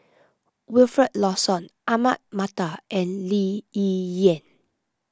Wilfed Lawson Ahmad Mattar and Lee Yi Shyan